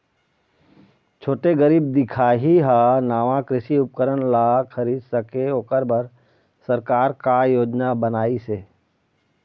छोटे गरीब दिखाही हा नावा कृषि उपकरण ला खरीद सके ओकर बर सरकार का योजना बनाइसे?